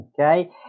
okay